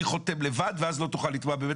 אני חותם לבד ואז לא תוכל לתבוע בבית